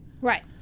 Right